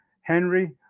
henry